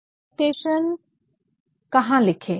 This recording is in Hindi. अब सैलूटेशन salutation अभिवादन कहाँ लिखे